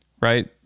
right